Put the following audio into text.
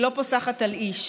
שהיא לא פוסחת על איש.